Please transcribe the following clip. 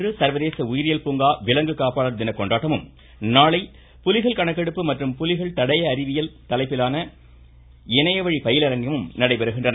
இன்று சர்வதேச உயிரியல் பூங்கா விலங்கு காப்பாளர் தின கொண்டாட்டமும் நாளை புலிகள் கணக்கெடுப்பு மற்றும் புலிகள் தடய அறிவியல் தலைப்பிலான இணையவழி பயிலரங்கமும் நடைபெறுகின்றன